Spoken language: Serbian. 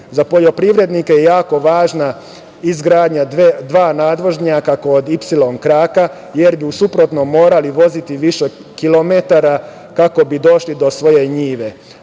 poljoprivrednike je jako važna izgradnja dva nadvožnjaka kod „ipsilon kraka“, jer bi u suprotnom morali voziti više kilometara kako bi došli do svoje njive.